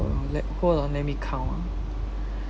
uh let hold on let me count ah